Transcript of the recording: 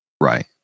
Right